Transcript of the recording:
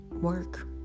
work